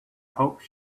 hope